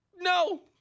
no